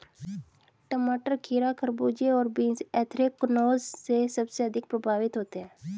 टमाटर, खीरा, खरबूजे और बीन्स एंथ्रेक्नोज से सबसे अधिक प्रभावित होते है